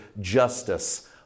justice